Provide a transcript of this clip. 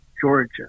Georgia